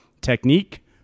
technique